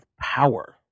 power